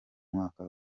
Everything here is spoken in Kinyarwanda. mwaka